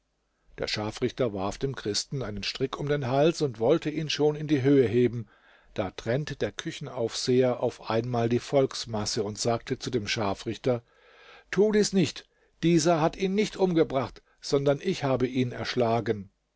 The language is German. der scharfrichter warf dem christen einen strick um den hals und wollte ihn schon in die höhe heben da trennte der küchenaufseher auf einmal die volksmasse und sagte zu dem scharfrichter tu dies nicht dieser hat ihn nicht umgebracht sondern ich habe ihn erschlagen